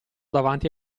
davanti